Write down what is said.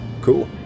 cool